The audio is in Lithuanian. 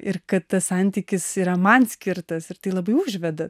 ir kad tas santykis yra man skirtas ir tai labai užveda